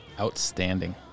Outstanding